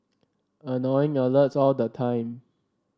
annoying alerts all the time